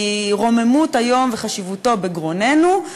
כי רוממות היום וחשיבותו בגרוננו,